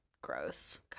gross